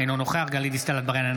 אינו נוכח גלית דיסטל אטבריאן,